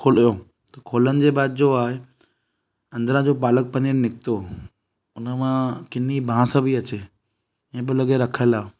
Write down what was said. खोलियो खोलण जे बैदि जो आहे अंदरां जो पालक पनीर निकितो उनमां किनी बांस पई अचे ईअं पियो लॻे रखियलु आहे